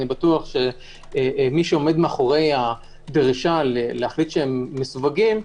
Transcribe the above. אני בטוח שמי שעומד מאחורי הדרישה להחליט שהם מסווגים,